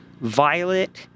Violet